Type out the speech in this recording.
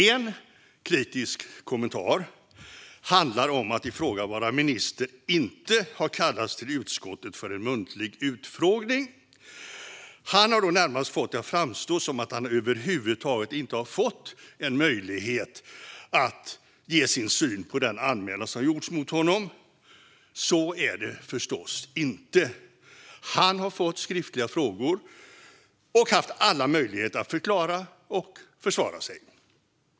En kritisk kommentar handlar om att ifrågavarande minister inte har kallats till utskottet för en muntlig utfrågning. Han har då närmast fått det att framstå som att han över huvud taget inte har fått en möjlighet att ge sin syn på den anmälan som gjorts mot honom. Så är det förstås inte; han har fått skriftliga frågor och har haft alla möjligheter att förklara och försvara sig.